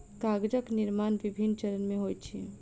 कागजक निर्माण विभिन्न चरण मे होइत अछि